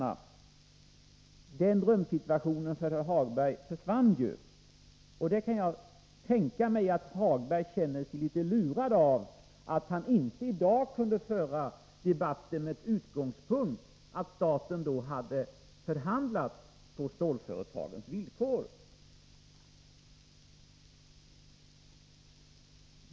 Men den drömsituationen för Lars-Ove Hagberg försvann. Jag kan tänka mig att Lars-Ove Hagberg känner sig litet lurad, eftersom han i dag inte kan föra debatten med utgångspunkt i att staten hade förhandlat på stålföretagens villkor.